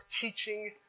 teaching